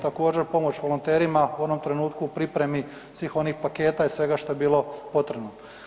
Također pomoć volonterima u onom trenutku u pripremi svih onih paketa i svega što je bilo potrebno.